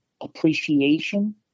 appreciation